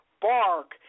bark